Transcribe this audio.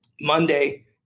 Monday